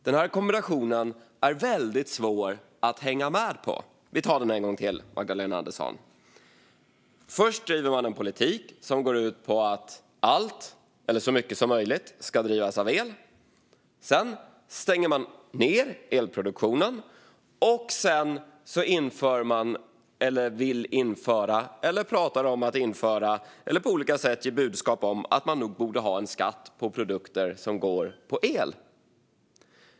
Den här kombinationen är väldigt svår att hänga med i. Vi tar den en gång till, Magdalena Andersson! Först driver man en politik som går ut på att allt, eller så mycket som möjligt, ska drivas av el. Sedan stänger man ned elproduktionen. Och sedan inför man - eller vill införa, pratar om att införa eller ger på olika sätt budskap om att man nog borde ha - en skatt på produkter som går på el.